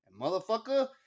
Motherfucker